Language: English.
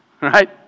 right